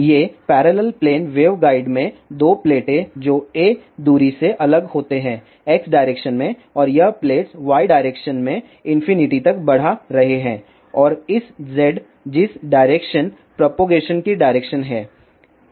ये parallel plane waveguide में 2 प्लेटें जो a दूरी से अलग होते हैं x डायरेक्शन में और यह प्लेट्स y डायरेक्शन में इंफिनिटी तक बढ़ा रहे हैं और इस z जिस डायरेक्शन प्रोपगेशन की डायरेक्शन हैं